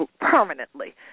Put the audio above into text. permanently